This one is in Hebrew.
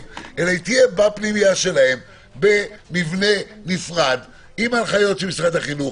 אלא תהיה בפנימייה שלהם במבנה נפרד עם הנחיות של משרד החינוך,